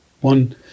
One